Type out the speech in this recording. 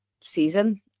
season